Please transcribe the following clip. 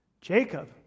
Jacob